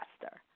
faster